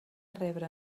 rebre